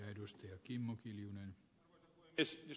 jos minä ymmärsin ed